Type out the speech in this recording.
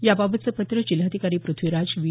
याबाबतचं पत्र जिल्हाधिकारी पृथ्वीराज बी